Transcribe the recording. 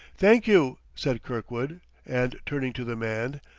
thank you, said kirkwood and, turning to the man,